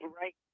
Right